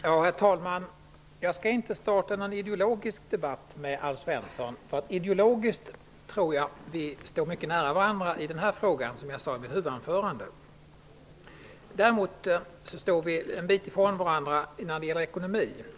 Herr talman! Jag skall inte starta någon ideologisk debatt med Alf Svensson -- ideologiskt tror jag att vi står mycket nära varandra i den här frågan, som jag sade i mitt huvudanförande. Däremot står vi en bit ifrån varandra när det gäller ekonomi.